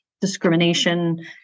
discrimination